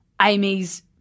Amy's